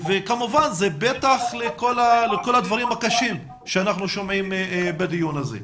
כמובן זה פתח לכל הדברים הקשים שאנחנו שומעים בדיון הזה.